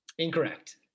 Incorrect